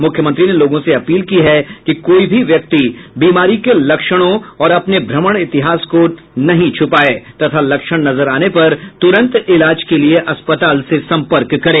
मुख्यमंत्री ने लोगों से अपील की है कि कोई भी व्यक्ति बीमारी के लक्षणों और अपने भ्रमण इतिहास को नहीं छुपाये तथा लक्षण नजर आने पर तुरंत इलाज के लिए अस्पताल से सम्पर्क करें